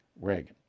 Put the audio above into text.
Reagan